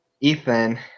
Ethan